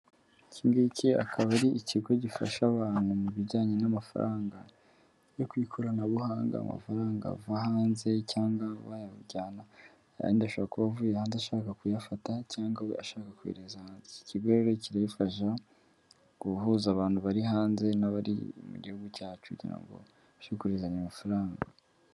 Iki ngiki akaba ari ikigo gifasha abantu mu bijyanye n'amafaranga yo ku ikoranabuhanga, amafaranga ava hanze cyangwa wayajyana, ayandi ashobora kuba avuye hanze ashaka kuyafata cyangwa we ashaka kuyohereza hanze, iki kigo kirafasha guhuza abantu bari hanze n'abari mu gihugu cyacu kugira ngo bashobore kohererezanya amafaranga.